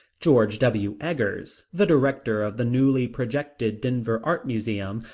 george w. eggers, the director of the newly projected denver art museum,